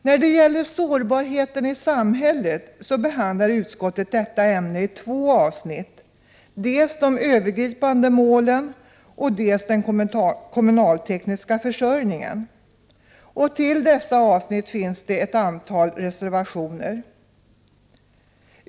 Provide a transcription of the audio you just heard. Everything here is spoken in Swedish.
Utskottet behandlar sårbarheten i samhället i två avsnitt: dels de övergripande målen, dels den kommunaltekniska försörjningen. Till dessa avsnitt finns ett antal reservationer fogade.